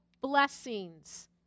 blessings